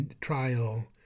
trial